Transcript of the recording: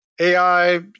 AI